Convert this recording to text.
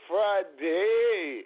Friday